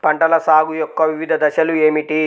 పంటల సాగు యొక్క వివిధ దశలు ఏమిటి?